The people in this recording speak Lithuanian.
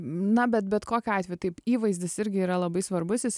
na bet bet kokiu atveju taip įvaizdis irgi yra labai svarbus jis